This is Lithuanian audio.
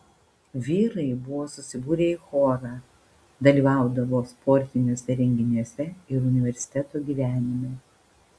vyrai buvo susibūrę į chorą dalyvaudavo sportiniuose renginiuose ir universiteto gyvenime